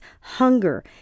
hunger